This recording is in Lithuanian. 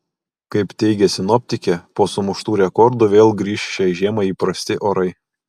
kaip teigia sinoptikė po sumuštų rekordų vėl grįš šiai žiemai įprasti orai